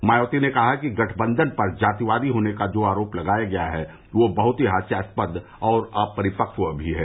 मायावती ने कहा कि गठबंधन पर जातिवादी होने का जो आरोप लगाया गया है वह बहुत ही हास्यास्पद और अपरिपक्व भी है